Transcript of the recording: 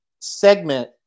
segment